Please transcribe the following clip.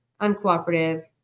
uncooperative